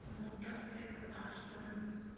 مُتَفِق آسُن